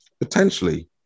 potentially